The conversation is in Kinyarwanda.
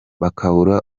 bakabura